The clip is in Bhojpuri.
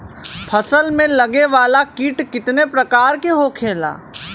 फसल में लगे वाला कीट कितने प्रकार के होखेला?